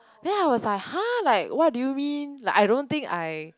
then I was like !huh! like why do you mean like I don't think I